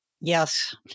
Yes